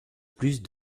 plus